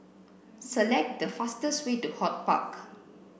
select the fastest way to HortPark